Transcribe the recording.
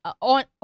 on